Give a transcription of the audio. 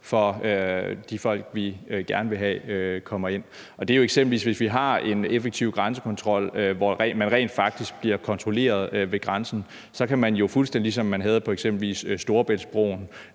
for de folk, vi gerne vil have kommer ind. Hvis vi eksempelvis har en effektiv grænsekontrol, hvor man rent faktisk bliver kontrolleret ved grænsen, så kan man jo, fuldstændig som man har det på f.eks. Storebæltsbroen,